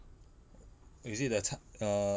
is it the ta~ err